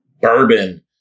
Bourbon